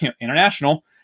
international